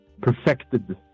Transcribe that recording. perfected